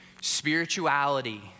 Spirituality